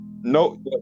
No